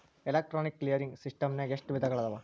Electronic clearing ಸಿಸ್ಟಮ್ನಾಗ ಎಷ್ಟ ವಿಧಗಳವ?